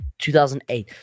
2008